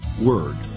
word